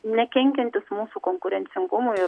nekenkiantis mūsų konkurencingumui ir